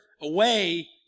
away